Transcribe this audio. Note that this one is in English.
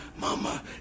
Mama